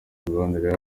imibanire